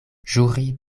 ĵuri